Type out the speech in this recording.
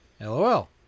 LOL